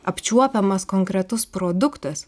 apčiuopiamas konkretus produktas